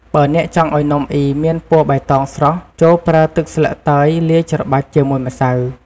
បើអ្នកចង់ឱ្យនំអុីមានពណ៌បៃតងស្រស់ ចូរប្រើទឹកស្លឹកតើយលាយច្របាច់ជាមួយម្សៅ។